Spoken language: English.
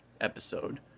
episode